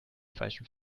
falschen